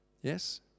Yes